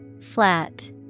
Flat